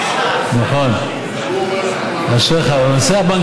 חקיקת המשנה שיש להתקין